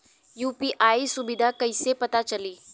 UPI सुबिधा कइसे पता चली?